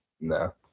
No